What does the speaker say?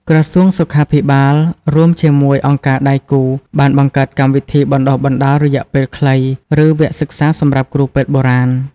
ក្រសួងសុខាភិបាល រួមជាមួយអង្គការដៃគូ បានបង្កើតកម្មវិធីបណ្ដុះបណ្ដាលរយៈពេលខ្លី ឬវគ្គសិក្សាសម្រាប់គ្រូពេទ្យបុរាណ។